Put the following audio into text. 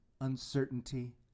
Uncertainty